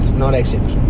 not exit.